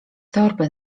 torby